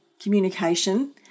communication